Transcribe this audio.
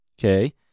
Okay